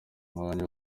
umwanya